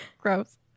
Gross